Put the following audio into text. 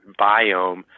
biome